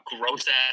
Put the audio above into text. gross-ass